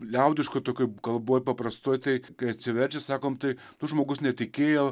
liaudiškoj tokioj kalboj paprastoj tai kai atsiverčia sakom tai nu žmogus netikėjo